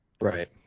Right